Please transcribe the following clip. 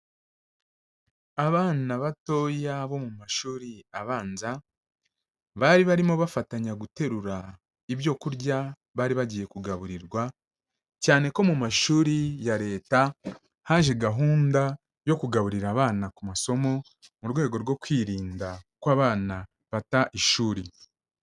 Abana batoya bo mu mashuri abanza, bari barimo bafatanya guterura ibyo kurya bari bagiye kugaburirwa, cyane ko mu mashuri ya Leta haje gahunda yo kugaburira abana ku masomo mu rwego rwo kwirinda ko abana bata ishuri.